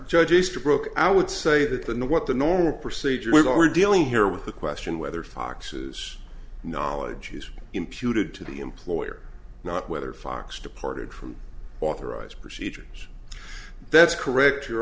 judge easterbrook i would say that the knew what the normal procedure we were dealing here with the question whether fox's knowledge is imputed to the employer or not whether fox departed from authorized procedures that's correct your